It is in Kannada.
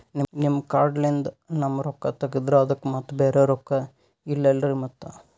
ನಿಮ್ ಕಾರ್ಡ್ ಲಿಂದ ನಮ್ ರೊಕ್ಕ ತಗದ್ರ ಅದಕ್ಕ ಮತ್ತ ಬ್ಯಾರೆ ರೊಕ್ಕ ಇಲ್ಲಲ್ರಿ ಮತ್ತ?